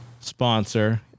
sponsor